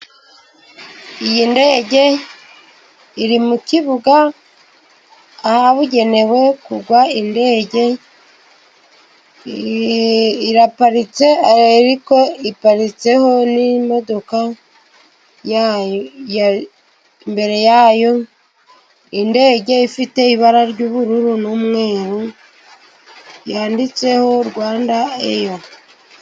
Iyi ndege iri mu kibuga ahabugenewe kugwa indege iraparitse ariko iparitseho n'imodoka imbere yayo. Indege ifite ibara ry'ubururu n'umweru yanditseho Rwanda eya.